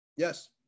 Yes